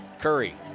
Curry